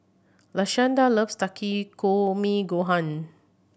Lashanda loves Takikomi Gohan